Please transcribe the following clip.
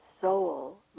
soul